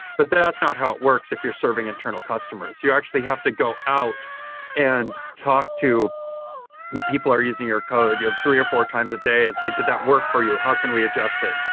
but that's not how it works if you're serving internal customers. you actually have to go out and talk to the people using your code. you have three or four times a day and say, did that work for you? how can we adjust it?